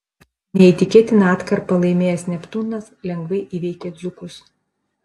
neįtikėtiną atkarpą laimėjęs neptūnas lengvai įveikė dzūkus